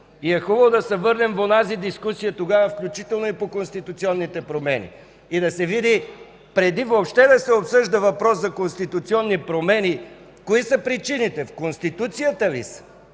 е тогава да се върнем към тази дискусия, включително и по конституционните промени. Да се види, преди въобще да се обсъжда въпросът за конституционните промени, кои са причините – дали са